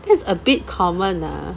that's a bit common ah